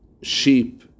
sheep